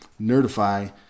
Nerdify